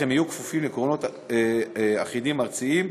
אך הם יהיו כפופים לעקרונות אחידים ארציים,